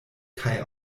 kaj